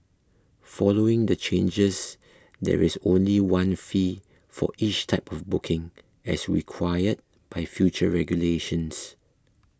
following the changes there is only one fee for each type of booking as required by future regulations